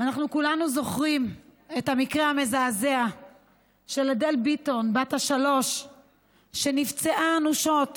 אנחנו כולנו זוכרים המקרה המזעזע של אדל ביטון בת השלוש שנפצעה אנושות